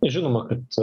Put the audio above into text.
žinoma kad